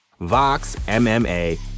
VOXMMA